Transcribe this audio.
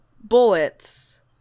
bullets